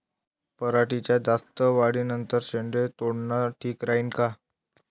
पराटीच्या जास्त वाढी नंतर शेंडे तोडनं ठीक राहीन का?